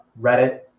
reddit